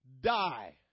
die